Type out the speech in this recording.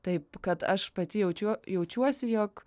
taip kad aš pati jaučiu jaučiuosi jog